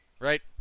right